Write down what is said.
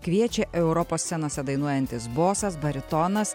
kviečia europos scenose dainuojantis bosas baritonas